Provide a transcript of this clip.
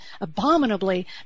abominably